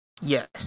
yes